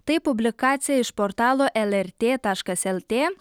tai publikacija iš portalo lrt taškas lt